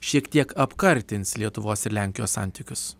šiek tiek apkartins lietuvos ir lenkijos santykius